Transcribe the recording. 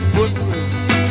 Footprints